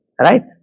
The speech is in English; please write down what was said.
right